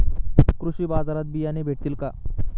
कृषी बाजारात बियाणे भेटतील का?